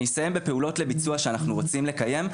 אני אסיים בפעולות לביצוע שאנחנו רוצים לקיים,